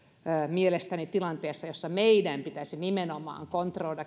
tilanteessa jossa meidän pitäisi nimenomaan kontrolloida